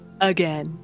again